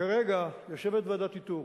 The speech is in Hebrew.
כרגע יושבת ועדת איתור,